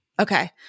Okay